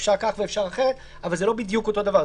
אפשר כך ואפשר אחרת, אבל זה לא בדיוק אותו דבר.